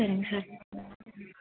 சரிங்க சார்